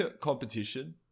competition